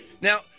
Now